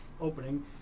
opening